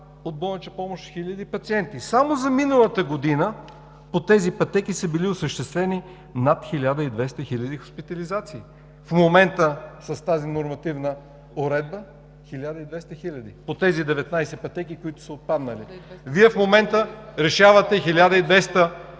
от болнична помощ хиляди пациенти. Само за миналата година по тези пътеки са били осъществени 1200 хиляди хоспитализации. В момента с тази нормативна уредба – 1200 хиляди. По тези 19 пътеки, които са отпаднали. Вие в момента лишавате 1200 хиляди